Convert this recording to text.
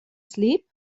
sleep